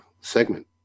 segment